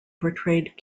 portrayed